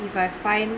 if I find